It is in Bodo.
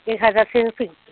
एक हाजारसो होफैग्रोदो